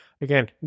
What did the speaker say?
again